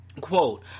Quote